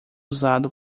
usado